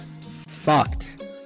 Fucked